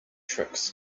tricks